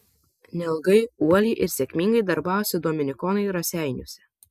neilgai uoliai ir sėkmingai darbavosi dominikonai raseiniuose